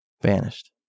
vanished